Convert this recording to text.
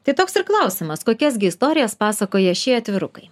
tai toks ir klausimas kokias gi istorijas pasakoja šie atvirukai